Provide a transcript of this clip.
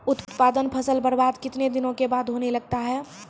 उत्पादन फसल बबार्द कितने दिनों के बाद होने लगता हैं?